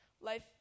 Life